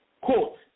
quote